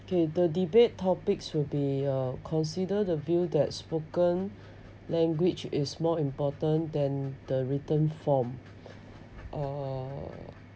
okay the debate topic will be uh consider the view that spoken language is more important than the written form uh